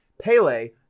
pele